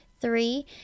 Three